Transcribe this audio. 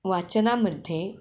वाचनामध्ये